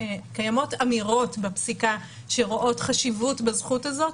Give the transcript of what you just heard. אמירות בפסיקה שרואות חשיבות בזכות הזאת,